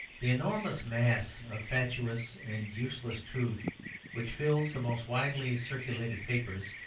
the enormous mass of fatuous and useless truth which fills the most widely-circulated papers,